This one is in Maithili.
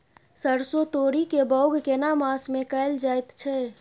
सरसो, तोरी के बौग केना मास में कैल जायत छै?